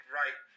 right